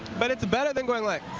but it's better than going like